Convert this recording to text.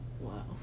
Wow